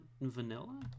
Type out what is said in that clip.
vanilla